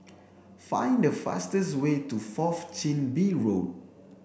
find the fastest way to Fourth Chin Bee Road